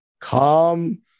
calm